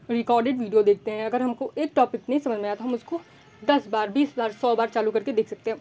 कोई recorded video देखते हैं अगर हमको एक टॉपिक नहीं समझ में आए तो उसको दस बार बीस बार सौ बार चालू करके देख सकते हैं